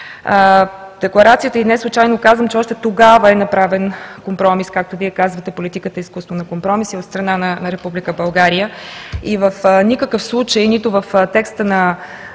Декларацията – неслучайно казвам, че още тогава е направен компромис, както казвате – политиката е изкуство на компромиси, от страна на Република България, и в никакъв случай – нито в текста на